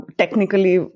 technically